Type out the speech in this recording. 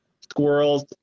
squirrels